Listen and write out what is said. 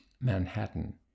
Manhattan